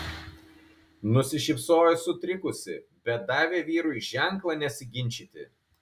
nusišypsojo sutrikusi bet davė vyrui ženklą nesiginčyti